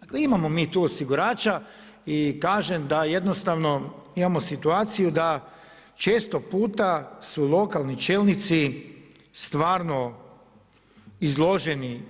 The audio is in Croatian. Dakle, imamo mi tu osigurača i kažem, da jednostavno, imamo situaciju da često puta su lokalni čelnici stvarno izloženi